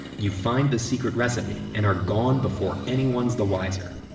you find the secret recipe and are gone before anyone's the wiser.